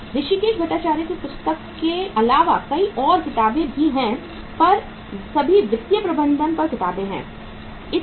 ऋषिकेश भट्टाचार्य की पुस्तक के अलावा कई और किताबें है पर सभी वित्तीय प्रबंधन पर किताबें हैं